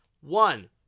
One